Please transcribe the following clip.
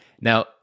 Now